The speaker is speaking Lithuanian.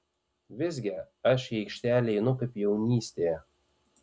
visgi aš į aikštelę einu kaip jaunystėje